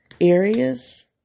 Areas